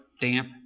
damp